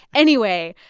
anyway,